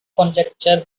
conjecture